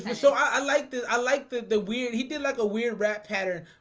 and so i like this i like the the weird he did like a weird rat pattern